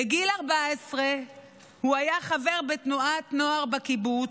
בגיל 14 הוא היה חבר בתנועת נוער בקיבוץ,